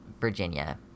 Virginia